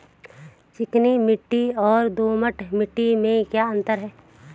चिकनी मिट्टी और दोमट मिट्टी में क्या अंतर है?